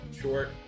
short